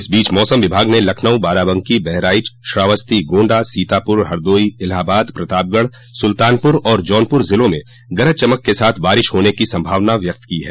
इस बीच मौसम विभाग ने लखनऊ बाराबंकी बहराईच श्रावस्ती गोण्डा सीतापुर हरदोई इलाहाबाद प्रतापगढ़ सुल्तानपुर और जौनपुर जिलों में गरज चमक के साथ बारिश होने की सम्भावना व्यक्त की है